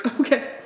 Okay